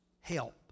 help